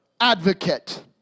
advocate